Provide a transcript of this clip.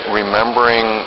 remembering